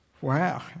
Wow